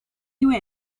you